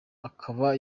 akaba